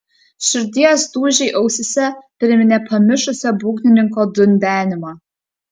širdies dūžiai ausyse priminė pamišusio būgnininko dundenimą